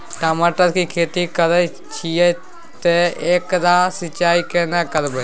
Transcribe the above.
टमाटर की खेती करे छिये ते एकरा सिंचाई केना करबै?